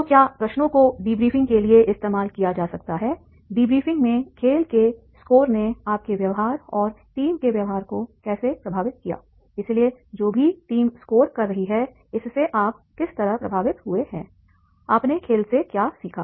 तो क्या प्रश्नों को डिब्रीफिंग के लिए इस्तेमाल किया जा सकता हैडिब्रीपिंग में खेल के स्कोर ने आपके व्यवहार और टीम के व्यवहार को कैसे प्रभावित कियाइसलिए जो भी टीम स्कोर कर रही है इससे आप किस तरह प्रभावित हुए हैं आपने खेल से क्या सीखा